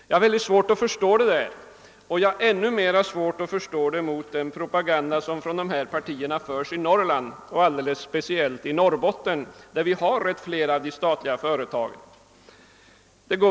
Jag har synnerligen svårt att förstå denna inställning, särskilt mot bakgrunden av den propaganda dessa partier för i Norrland, spe ciellt i Norrbotten där flera av de statliga företagen är belägna.